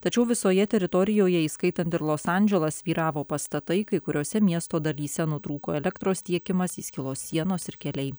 tačiau visoje teritorijoje įskaitant ir los andželą svyravo pastatai kai kuriose miesto dalyse nutrūko elektros tiekimas įskilo sienos ir keliai